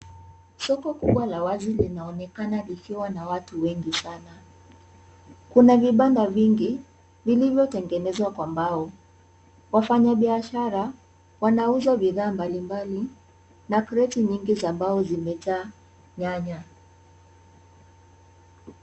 Soko kubwa la wazi linaonekana likiwa na watu wengi sana. Kuna vibanda vingi vilivyotengenezwa kwa mbao. Wafanyabiashara wanauza bidhaa mbali mbali na kreti mingi za mbao zimejaa nyanya.